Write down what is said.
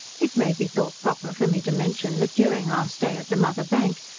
it may be thought proper for me to mention, that during our stay at the mother bank,